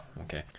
Okay